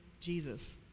Jesus